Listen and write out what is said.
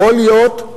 יכול להיות,